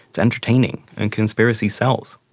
it's entertaining, and conspiracy sells.